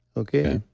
okay.